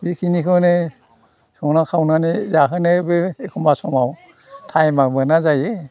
बे खिनिखौनो संना खावनानै जाहोनोबो एखमबा समाव टाइमआ मोना जायो